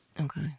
Okay